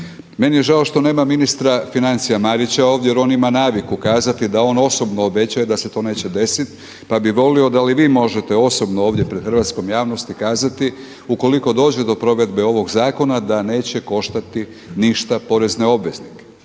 Meni je žao što nema ministra financija Marića ovdje jer on ima naviku kazati da on osobno obećaje da se to neće desiti, pa bi volio da li vi možete osobno ovdje pred hrvatskom javnosti kazati ukoliko dođe do provedbe ovog zakona da neće koštati ništa porezne obveznike.